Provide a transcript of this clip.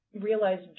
realize